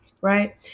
right